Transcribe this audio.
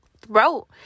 throat